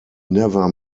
never